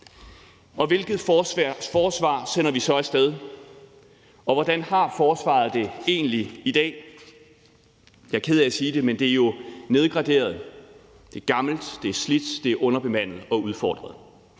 Hvilket forsvar sender vi så af sted? Og hvordan har forsvaret det egentlig i dag? Jeg er ked af at sige det, men det er jo nedgraderet, det er gammelt, det er slidt, det er underbemandet og udfordret.